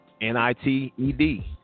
N-I-T-E-D